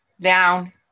down